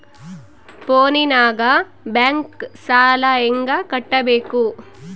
ಫೋನಿನಾಗ ಬ್ಯಾಂಕ್ ಸಾಲ ಹೆಂಗ ಕಟ್ಟಬೇಕು?